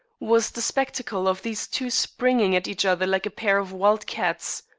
was the spectacle of these two springing at each other like a pair of wild cats.